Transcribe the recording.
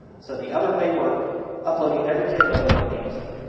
so the other way we're uploading every kid whether or not they use it.